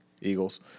Eagles